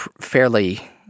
fairly